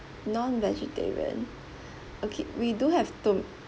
non vegetarian okay we do have to~